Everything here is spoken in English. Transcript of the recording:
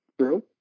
True